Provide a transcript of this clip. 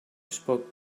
spoke